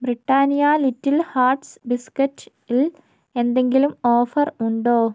Britannia little hearts ബിസ്ക്കറ്റിൽ എന്തെങ്കിലും offer ഉണ്ടോ